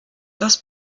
das